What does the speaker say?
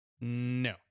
no